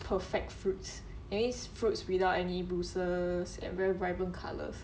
perfect fruits that means fruits without any bruises and very vibrant colours